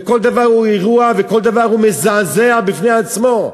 וכל דבר הוא אירוע, וכל דבר הוא מזעזע בפני עצמו.